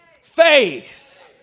Faith